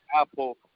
apple